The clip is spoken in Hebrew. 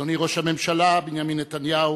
אדוני ראש הממשלה בנימין נתניהו,